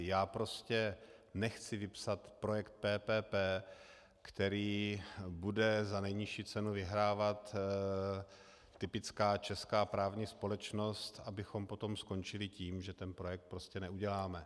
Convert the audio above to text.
Já prostě nechci vypsat projekt PPP, který bude za nejnižší cenu vyhrávat typická česká právní společnost, abychom potom skončili tím, že ten projekt prostě neuděláme.